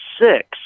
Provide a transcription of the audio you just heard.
six